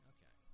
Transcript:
Okay